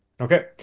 Okay